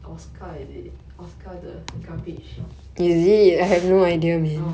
oscar is it oscar the garbage uh